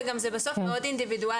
אבל זה בסוף מאוד אינדיבידואלי,